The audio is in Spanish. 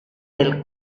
del